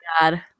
God